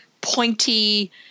pointy –